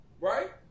right